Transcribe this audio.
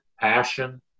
passion